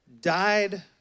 Died